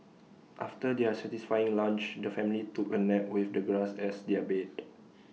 after their satisfying lunch the family took A nap with the grass as their bed